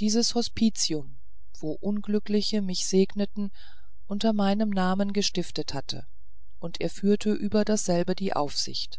dieses hospitium wo unglückliche mich segneten unter meinem namen gestiftet hatte und er führte über dasselbe die aufsicht